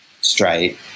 straight